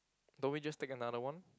don't we just take another one